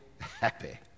happy